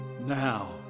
now